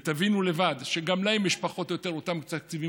ותבינו לבד שגם להם יש פחות או יותר אותם תקציבים